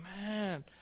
man